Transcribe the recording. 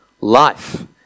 life